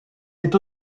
est